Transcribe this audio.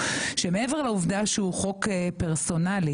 שמעבר לעובדה שהוא חוק פרסונלי,